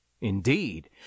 Indeed